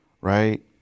right